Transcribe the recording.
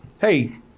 hey